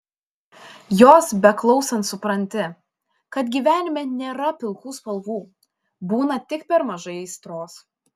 jos beklausant supranti kad gyvenime nėra pilkų spalvų būna tik per mažai aistros